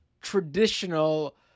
traditional